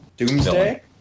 Doomsday